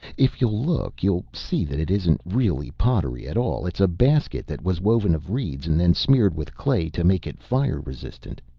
if you'll look, you'll see that it isn't really pottery at all. it's a basket that was woven of reeds and then smeared with clay to make it fire-resisting.